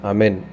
Amen